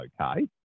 okay